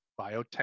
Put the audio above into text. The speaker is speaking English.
biotech